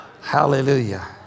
Hallelujah